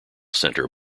center